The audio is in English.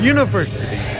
University